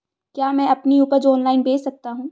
क्या मैं अपनी उपज ऑनलाइन बेच सकता हूँ?